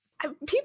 People